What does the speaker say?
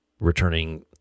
returning